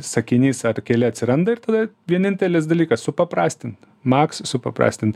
sakinys ar keli atsiranda ir tada vienintelis dalykas supaprastint maks supaprastint